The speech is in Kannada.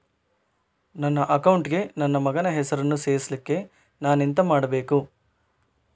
ನನ್ನ ಅಕೌಂಟ್ ಗೆ ನನ್ನ ಮಗನ ಹೆಸರನ್ನು ಸೇರಿಸ್ಲಿಕ್ಕೆ ನಾನೆಂತ ಮಾಡಬೇಕು?